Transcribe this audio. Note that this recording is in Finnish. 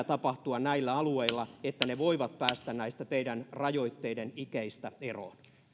tapahtua näillä alueilla että ne voivat päästä näistä teidän rajoitteiden ikeistä eroon